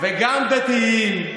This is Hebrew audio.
וגם דתיים,